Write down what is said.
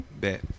Bet